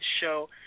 show